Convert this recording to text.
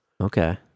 Okay